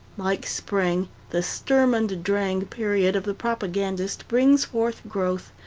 like spring, the sturm und drang period of the propagandist brings forth growth,